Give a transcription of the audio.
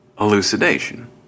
elucidation